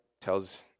tells